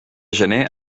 gener